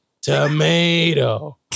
tomato